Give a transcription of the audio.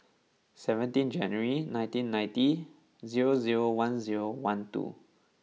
seventeen January nineteen ninety zero zero one zero one two